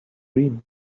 dream